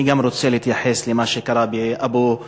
גם אני רוצה להתייחס למה שקרה באבו-גוש.